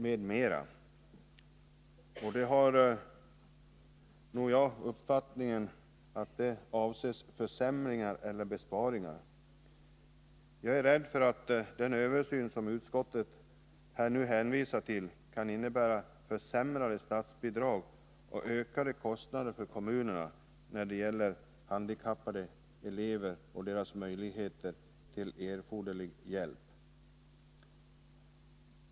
Jag har den uppfattningen att man då avser försämringar eller besparingar. Jag är rädd för att den översyn som utskottet nu hänvisar till kommer att innebära försämrade statsbidrag och ökade kostnader för kommunerna när det gäller handikappade elever och deras möjligheter att få erforderlig hjälp.